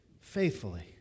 faithfully